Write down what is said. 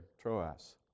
Troas